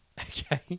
Okay